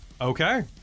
Okay